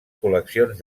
col·leccions